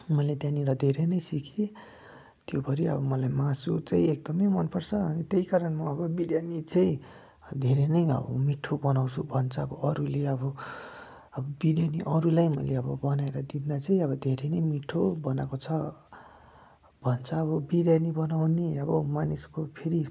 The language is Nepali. मैले त्यहाँनिर धेरै नै सिकेँ त्योभरी अब मलाई मासु चाहिँ एकदमै मन पर्छ अनि त्यही कारण म बिर्यानी चाहिँ धेरै नै अब मिठो बनाउँछु भन्छ अब अरूले अब अब बिर्यानी अरूलाई मैले अब बनाएर दिँदा चाहिँ अब धेरै नै मिठो बनाएको छ भन्छ अब बिर्यानी बनाउने अब मानिसको फेरि